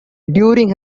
during